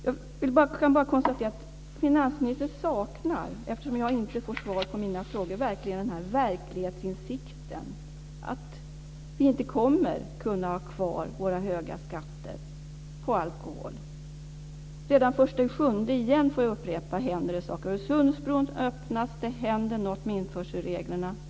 Eftersom jag inte får svar på mina frågor kan jag bara konstatera att finansministern saknar den här verklighetsinsikten. Vi kommer inte att kunna ha kvar våra höga skatter på alkohol. Redan den 1 juli - jag får upprepa detta - händer det saker. Öresundsbron öppnas, och det händer något med införselreglerna.